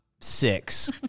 six